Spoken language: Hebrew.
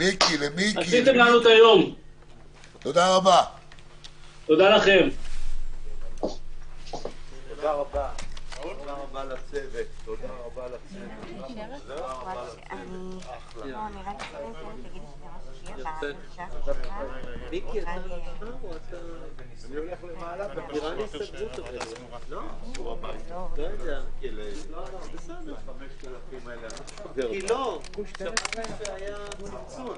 18:25.